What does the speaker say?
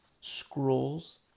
scrolls